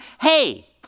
hey